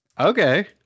Okay